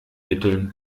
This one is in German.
mitteln